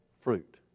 fruit